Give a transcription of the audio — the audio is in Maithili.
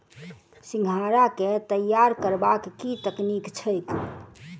सिंघाड़ा केँ तैयार करबाक की तकनीक छैक?